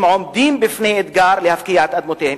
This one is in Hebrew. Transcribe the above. עומדים בפני אתגר של הפקעת אדמותיהם,